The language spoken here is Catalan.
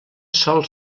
sol